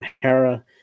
Hera